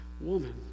woman